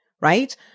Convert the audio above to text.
right